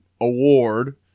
award